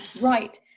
right